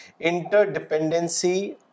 Interdependency